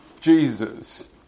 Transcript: Jesus